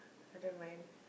I don't mind